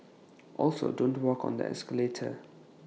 also don't walk on the escalator